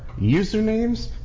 Usernames